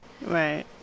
Right